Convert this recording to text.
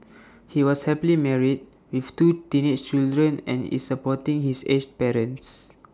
he was happily married with two teenage children and is supporting his aged parents